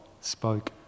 spoke